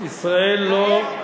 ישראל לא,